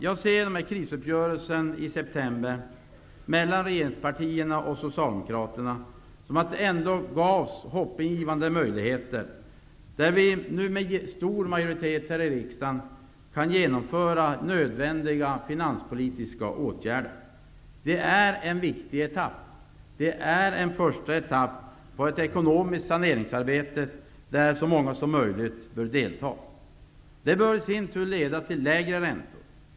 Jag ser krisuppgörelsen i september mellan regeringspartierna och Socialdemokraerna som att det ändå gavs hoppingivande möjligheter, så att vi med stor majoritet här i riksdagen nu kan genomföra nödvändiga finanspolitiska åtgärder. Det är en viktig etapp. Det är en första etapp i ett ekonomiskt saneringsarbete, där så många som möjligt bör delta. Det i sin tur bör leda till lägre räntor.